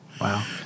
Wow